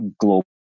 global